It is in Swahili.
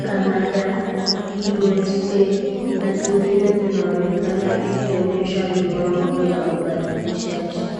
Canada , USA na zingine zinazoenekana ikionyeshwa viwango vya ubadilishaji.